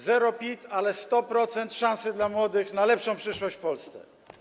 Zerowy PIT, ale 100% szansy dla młodych na lepszą przyszłość w Polsce.